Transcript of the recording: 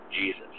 Jesus